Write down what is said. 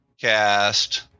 cast